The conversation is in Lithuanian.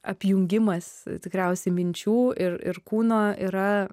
apjungimas tikriausiai minčių ir ir kūno yra